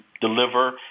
deliver